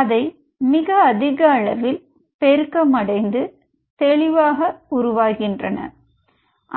அதை மிக அதிகமான அளவில் பெருக்கம் அடைந்து தெளிவாக உருவாகின்றன